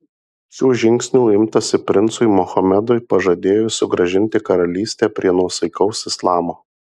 šių žingsnių imtasi princui mohamedui pažadėjus sugrąžinti karalystę prie nuosaikaus islamo